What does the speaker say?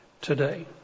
today